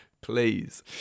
please